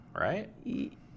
right